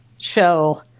show